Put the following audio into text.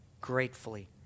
gratefully